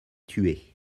tué